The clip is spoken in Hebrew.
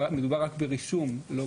מדובר רק ברישום, ולא